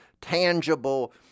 tangible